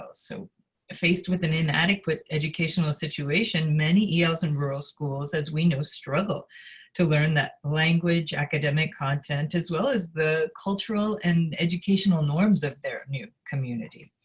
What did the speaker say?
ah so faced with an inadequate educational situation, many els in rural schools, as we know, struggle to learn that language, academic content, as well as the cultural and educational norms of their community.